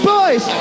Boys